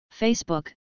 Facebook